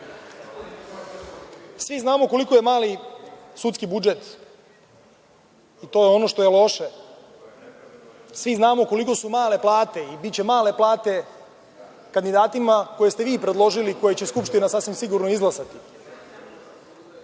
Svi znamo koliko je mali sudski budžet, i to je ono što je loše. Svi znamo koliko su male plate i biće male plate kandidatima koje ste vi predložili, a koje će Skupština sasvim sigurno izglasati. Ono